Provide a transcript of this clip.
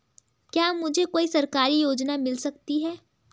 क्या मुझे कोई सरकारी योजना मिल सकती है?